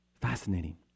Fascinating